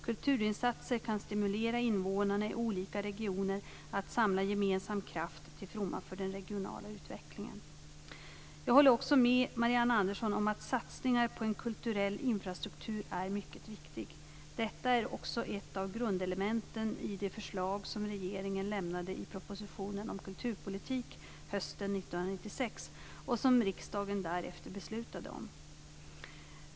Kulturinsatser kan stimulera invånarna i olika regioner att samla gemensam kraft till fromma för den regionala utvecklingen. Jag håller också med Marianne Andersson om att satsningar på en kulturell infrastruktur är mycket viktiga. Detta är också ett av grundelementen i de förslag som regeringen lämnade i propositionen om kulturpolitik hösten 1996, och som riksdagen därefter beslutade om .